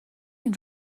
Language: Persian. این